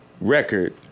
record